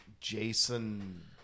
Jason